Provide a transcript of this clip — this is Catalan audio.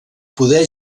poder